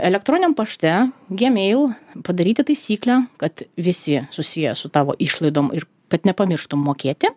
elektroniniam pašte gmeil padaryti taisyklę kad visi susiję su tavo išlaidom ir kad nepamirštum mokėti